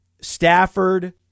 Stafford